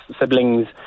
siblings